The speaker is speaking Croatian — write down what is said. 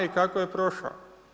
I kako je prošao?